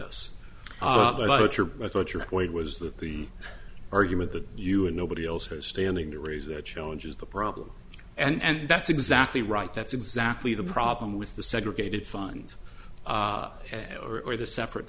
point was that the argument that you and nobody else has standing to raise their challenge is the problem and that's exactly right that's exactly the problem with the segregated fund or the separate